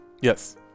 Yes